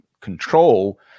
control